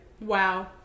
Wow